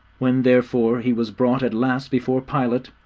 when, therefore, he was brought at last before pilate,